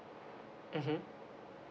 mmhmm